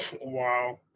Wow